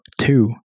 Two